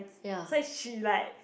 so is she like